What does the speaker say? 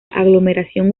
aglomeración